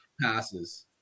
Passes